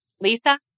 Lisa